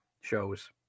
shows